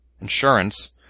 insurance